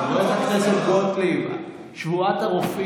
מותר לך לדבר באיזו שפה שאתה רוצה,